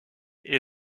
est